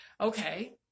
Okay